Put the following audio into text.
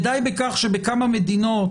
ודי בכך שבכמה מדינות,